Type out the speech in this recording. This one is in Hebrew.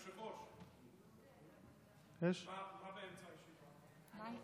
כן, מה באמצע הישיבה?